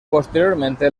posteriormente